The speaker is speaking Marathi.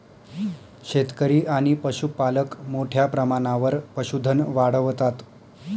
शेतकरी आणि पशुपालक मोठ्या प्रमाणावर पशुधन वाढवतात